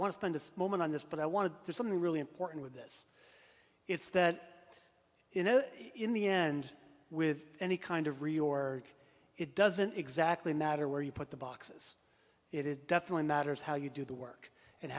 want to spend a moment on this but i want to do something really important with this it's that you know in the end with any kind of reorder it doesn't exactly matter where you put the boxes it it definitely matters how you do the work and